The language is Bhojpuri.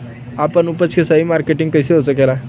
आपन उपज क सही मार्केटिंग कइसे हो सकेला?